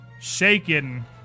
Shaken